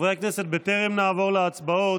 חברי הכנסת, בטרם נעבור להצבעות,